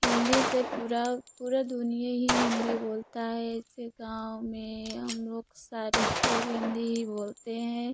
हिन्दी से पूरा पूरा दुनिया ही हिन्दी बोलता है जैसे गाँव में हम लोग सारे लोग हिन्दी ही बोलते हैं